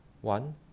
One